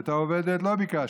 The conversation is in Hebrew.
ואת האובדת לא בִקשתם,